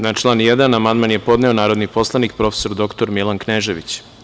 Na član 1. amandman je podneo narodni poslanik prof. dr Milan Knežević.